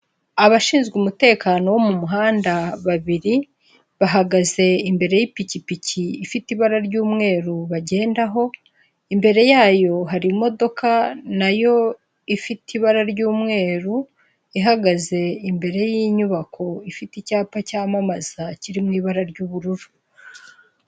Abashinzwe umutekano wo mu muhanda babiri bahagaze imbere y'ipikipiki ifite ibara ry'umweru bagendaho, imbere yayo hari imodoka na yo ifite ibara ry'umweru, ihagaze imbere y'inyubako ifite icyapa cyamamaza kiri mu ibara ry'ubururu.